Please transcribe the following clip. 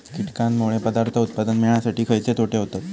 कीटकांनमुळे पदार्थ उत्पादन मिळासाठी खयचे तोटे होतत?